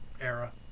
era